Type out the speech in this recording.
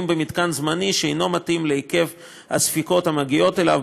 במתקן זמני שאינו מתאים להיקף הספיקות המגיעות אליו,